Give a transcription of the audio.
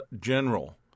general